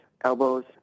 elbows